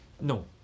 No